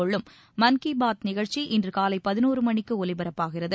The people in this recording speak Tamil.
கொள்ளும் மான் கி பாத் நிகழ்ச்சி இன்று காலை பதினோரு மணிக்கு ஒலிபரப்பாகிறது